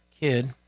kid